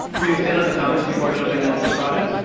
were you a fan of the comics before jumping into the project?